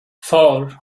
four